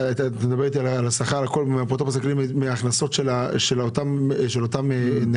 אתה מדבר אתי על השכר לאפוטרופוס הכללי מההכנסות של אותם נכסים?